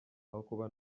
kuba